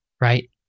right